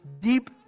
deep